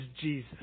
Jesus